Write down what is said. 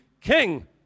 king